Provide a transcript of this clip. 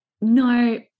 no